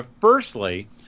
firstly